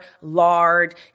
lard